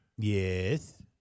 Yes